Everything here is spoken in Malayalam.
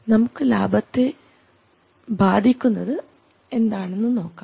നമുക്ക് ലാഭത്തെ ബാധിക്കുന്നത് എന്താണെന്ന് നോക്കാം